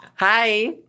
Hi